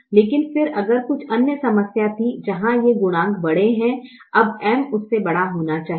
लेकिन फिर अगर कुछ अन्य समस्याएं थीं जहां ये गुणांक बड़े हैं अब M उससे बड़ा होना चाहिए